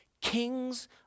Kings